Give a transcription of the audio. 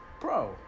bro